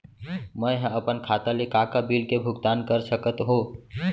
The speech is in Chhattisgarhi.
मैं ह अपन खाता ले का का बिल के भुगतान कर सकत हो